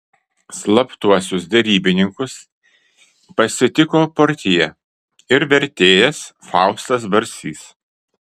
slaptuosius derybininkus pasitiko portjė ir vertėjas faustas barsys